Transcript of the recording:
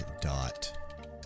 dot